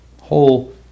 whole